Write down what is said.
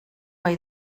hay